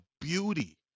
beauty